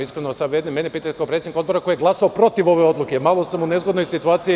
Iskreno da vam kažem, kao predsednik odbora koji je glasao protiv ove odluke sam malo u nezgodnoj situaciji.